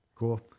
Cool